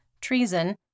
treason